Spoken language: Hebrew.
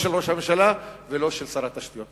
לא של ראש הממשלה ולא של שר התשתיות.